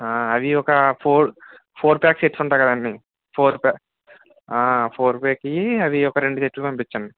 అది ఒక four four pack sets ఉంటాయి కదండి ఫోర్ పే ఫోర్ ప్యాక్వి అవి ఒక రెండు సెట్లు పంపించండి